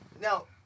now